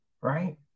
right